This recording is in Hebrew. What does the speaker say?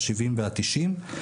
ה-70' וה-90'.